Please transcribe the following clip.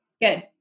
Good